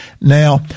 Now